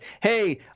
hey